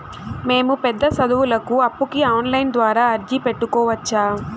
మేము పెద్ద సదువులకు అప్పుకి ఆన్లైన్ ద్వారా అర్జీ పెట్టుకోవచ్చా?